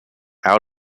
out